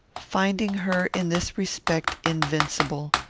finding her, in this respect, invincible,